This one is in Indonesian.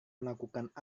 melakukan